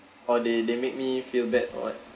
or they they make me feel bad or what